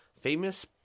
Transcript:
Famous